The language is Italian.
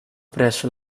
presso